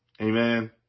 Amen